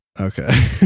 okay